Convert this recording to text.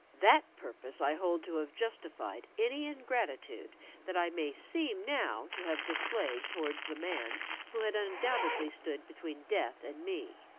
that purpose i hold to have justified any ingratitude that i may seem now to have displayed towards the man who had undoubtedly stood between death and me.